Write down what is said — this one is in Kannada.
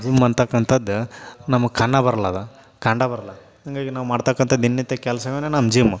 ಜಿಮ್ ಅಂತಕ್ಕಂಥದ್ದು ನಮಗ್ ಕಾಣ ಬರ್ಲ ಅದು ಕಂಡೇ ಬರಲ್ಲ ಹಾಗಾಗಿ ನಾವು ಮಾಡತಕ್ಕಂಥ ದಿನನಿತ್ಯ ಕೆಲ್ಸವೇ ನಮ್ಮ ಜಿಮ್ಮು